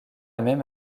même